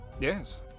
Yes